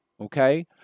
okay